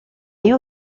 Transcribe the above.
you